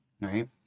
Right